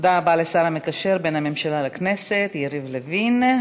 תודה רבה לשר המקשר בין הממשלה לכנסת יריב לוין.